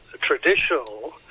traditional